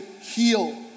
heal